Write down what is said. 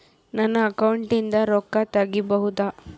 ನನ್ನ ಅಕೌಂಟಿಂದ ರೊಕ್ಕ ತಗಿಬಹುದಾ?